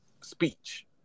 speech